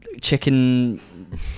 Chicken